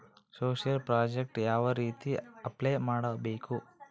Social project ಯಾವ ರೇತಿ apply ಮಾಡಬೇಕು?